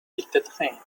التدخين